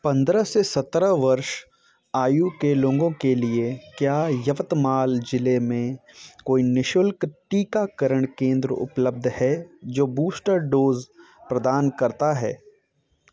पंद्रह से सत्रह वर्ष आयु के लोगों के लिए क्या यवतमाल जिले में कोई निःशुल्क टीकाकरण केंद्र उपलब्ध है जो बूस्टर डोज प्रदान करता है